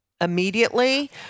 Immediately